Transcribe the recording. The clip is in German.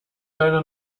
deiner